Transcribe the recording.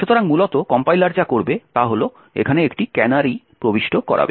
সুতরাং মূলত কম্পাইলার যা করবে তা হল এখানে একটি ক্যানারি প্রবিষ্ট করাবে